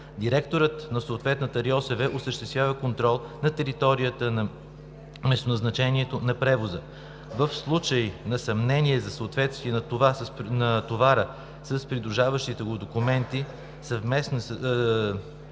Директорът на съответната РИОСВ осъществява контрол на територията на местоназначението на превоза. В случаи на съмнения за съответствие на товара с придружаващите го документи, съмнения